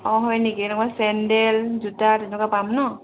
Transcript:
অঁ হয় নেকি এনেকুৱা চেণ্ডেল জোতা তেনেকুৱা পাম ন'